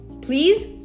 please